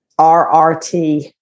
RRT